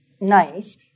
nice